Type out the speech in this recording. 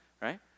right